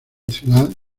ciudad